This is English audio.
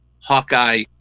Hawkeye